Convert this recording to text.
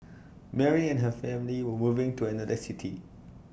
Mary and her family were moving to another city